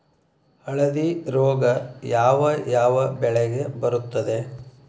ಹಳದಿ ರೋಗ ಯಾವ ಯಾವ ಬೆಳೆಗೆ ಬರುತ್ತದೆ?